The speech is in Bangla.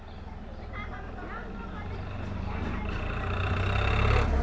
কুন কুন ব্যাপারে বীমা করা যায়?